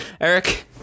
Eric